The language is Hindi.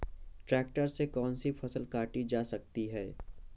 ट्रैक्टर से कौन सी फसल काटी जा सकती हैं?